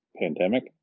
pandemic